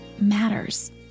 matters